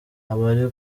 abari